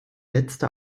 letzte